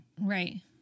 Right